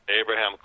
Abraham